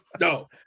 No